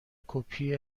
کپی